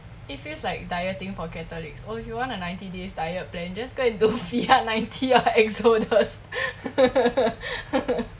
it feels like dieting for catholics oh if you want a ninety days diet plan just go and do fiat ninety ah exodus